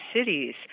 Cities